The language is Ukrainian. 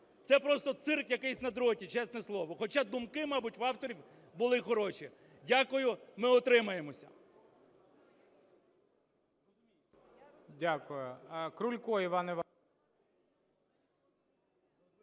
Це просто цирк, якийсь, на дроті, чесне слово! Хоча думки мабуть у авторів, були хороші. Дякую. Ми утримаємося.